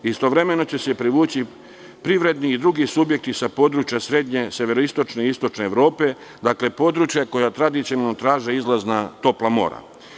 Istovremeno će se privući privredni i drugi subjekti sa područja srednje, severoistočne i istočne Evrope, područja koja tradicionalno traže izlaz na topla mora.